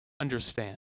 understand